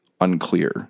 unclear